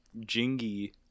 Jingy